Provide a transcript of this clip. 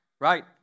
right